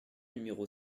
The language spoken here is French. numéro